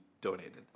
donated